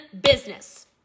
business